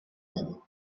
level